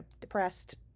depressed